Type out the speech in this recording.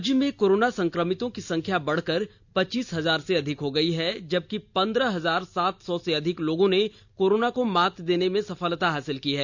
राज्य में कोरोना संक्रमितों की संख्या बढ़कर पच्चीस हजार से अधिक हो गयी है जबकि पंद्रह हजार सात सौ से अधिक लोगों ने कोरोना को मात देने में सफलता हासिल की है